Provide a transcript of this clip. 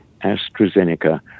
AstraZeneca